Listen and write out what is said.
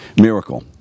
miracle